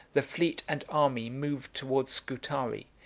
the fleet and army moved towards scutari,